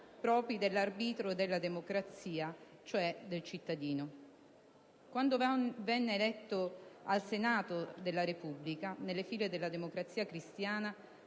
propri dell'arbitro della democrazia, cioè del cittadino. Quando venne eletto al Senato della Repubblica, nelle fila della Democrazia cristiana,